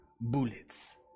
bullets